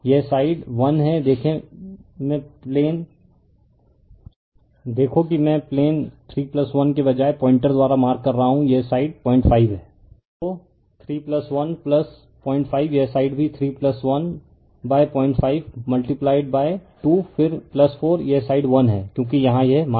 यह साइड 1 हैं देखो कि मैं प्लेन 31 के बजाय पॉइंटर द्वारा मार्क कर रहा हूं यह साइड 05 है तो 3105 यह साइड भी 3 105 मल्टीपलाइड बाय 2 फिर 4 यह साइड 1 है क्योंकि यहाँ यह मार्क 1है